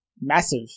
massive